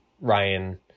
Ryan